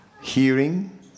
Hearing